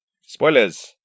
Spoilers